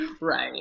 Right